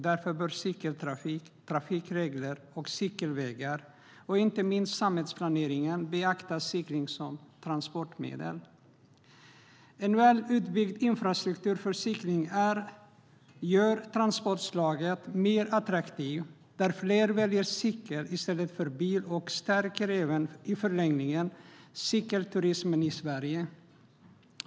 Därför bör cykeltrafik, trafikregler och cykelvägar och inte minst samhällsplanering beakta cykeln som transportmedel. En väl utbyggd infrastruktur för cykling gör transportslaget mer attraktivt så att fler väljer cykel i stället för bil. Det stärker även i förlängningen cykelturismen i Sverige.